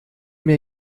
mir